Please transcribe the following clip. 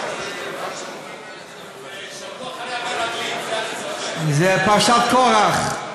שבוע אחרי המרגלים, זה פרשת קורח.